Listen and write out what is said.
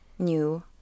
new